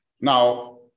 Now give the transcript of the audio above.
now